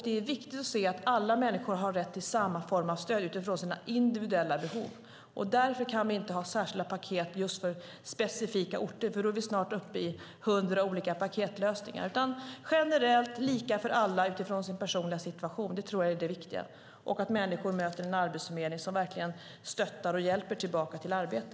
Det är viktigt att se att alla människor har rätt till samma form av stöd utifrån sina individuella behov. Därför kan vi inte ha särskilda paket just för specifika orter, för då är vi snart uppe i hundra olika paketlösningar. Generella insatser och lika för alla utifrån den personliga situationen tror jag är det viktiga och att människor möter en arbetsförmedling som verkligen stöttar och hjälper tillbaka till arbete.